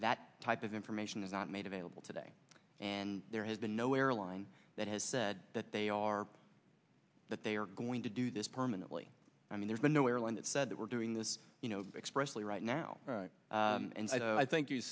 that type of information is not made available today and there has been no airline that has said that they are that they are going to do this permanently i mean there's been no airline that said that we're doing this you know expressly right now and i think you